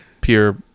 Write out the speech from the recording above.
pure